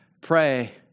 pray